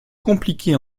compliquer